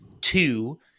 two